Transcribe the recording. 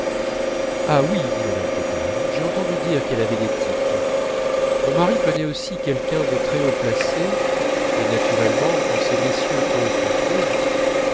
ah oui dit mme cottard j'ai entendu dire qu'elle avait des tics mon mari connaît aussi quelqu'un de très haut placé et naturellement quand ces messieurs causent entre eux